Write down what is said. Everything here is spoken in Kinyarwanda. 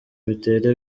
bitera